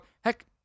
Heck